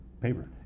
paper